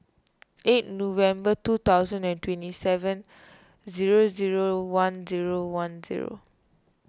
eight November two thousand and twenty seven zero zero one zero one zero